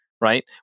right